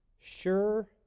sure